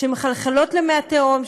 שמחלחלות למי התהום,